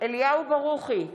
אליהו ברוכי,